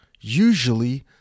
usually